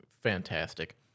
fantastic